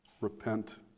repent